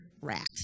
rat